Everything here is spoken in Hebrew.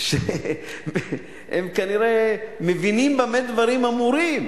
הם כנראה מבינים במה דברים אמורים.